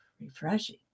refreshing